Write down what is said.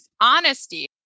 honesty